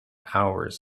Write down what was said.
hours